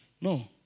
No